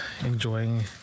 enjoying